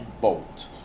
Bolt